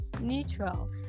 neutral